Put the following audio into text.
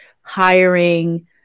hiring